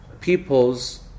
people's